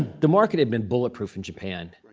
the market had been bulletproof in japan.